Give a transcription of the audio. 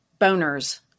boners